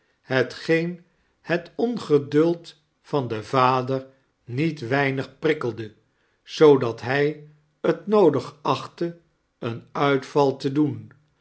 hetgeen het ongeduld van den vader niet weinig prikkelde zoodat hij t noodig achtte een uitval te doen